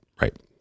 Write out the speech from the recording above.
right